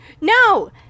No